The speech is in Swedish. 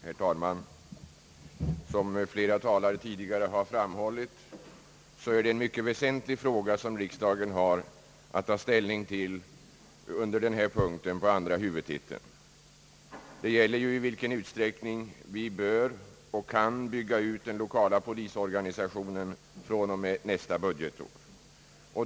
Herr talman! Som flera talare tidigare framhållit, är det en mycket väsentlig fråga som riksdagen har att ta ställning till under denna punkt på andra huvudtiteln. Det gäller i vilken utsträckning vi bör och kan bygga ut den lokala polisorganisationen från och med nästa budgetår.